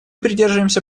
придерживаемся